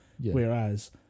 Whereas